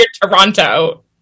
Toronto